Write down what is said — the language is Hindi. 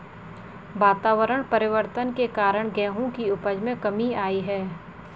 वातावरण परिवर्तन के कारण गेहूं की उपज में कमी आई है